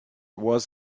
was